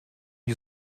you